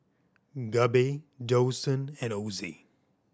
Gabe Dawson and Ozzie